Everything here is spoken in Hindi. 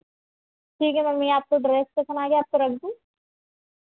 ठीक है मैम ये आपको ड्रेस पसंद आ गया आपको रख दूँ